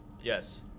Yes